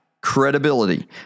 Credibility